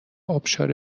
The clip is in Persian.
ابشار